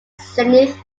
zenith